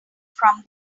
from